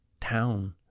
town